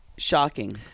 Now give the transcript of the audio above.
Shocking